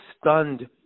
stunned